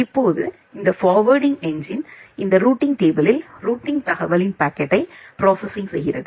இப்போது இந்த forwarding engine இந்த ரூட்டிங் டேபிளில் ரூட்டிங் தகவல்களின் பாக்கெட்யை பிராஸிங் செய்கிறது